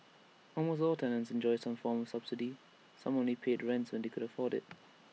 almost all tenants enjoyed some form subsidy some only paid rents when they could afford IT